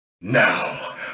Now